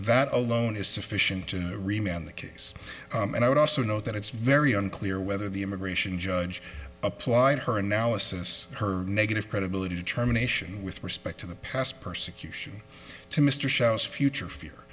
that alone is sufficient to remain on the case and i would also note that it's very unclear whether the immigration judge applied her analysis her negative credibility determination with respect to the past persecution to mr shows future fear